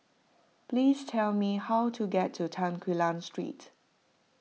please tell me how to get to Tan Quee Lan Street